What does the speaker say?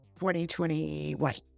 2021